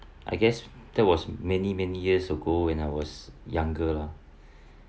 I guess that was many many years ago when I was younger lah